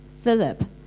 Philip